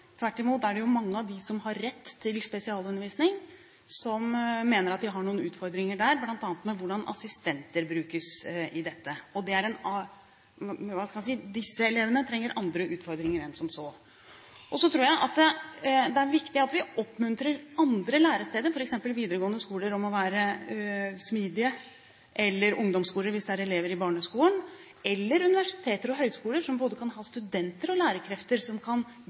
spesialundervisning, som mener at de har noen utfordringer der, bl.a. når det gjelder hvordan assistenter brukes. Disse elevene trenger andre utfordringer enn som så. Så tror jeg det er viktig at vi oppmuntrer andre læresteder til å være smidige, f.eks. videregående skoler, eller ungdomsskoler hvis det gjelder elever i barneskolen, eller universiteter og høyskoler, som kan ha både studenter og lærerkrefter som kan